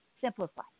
simplify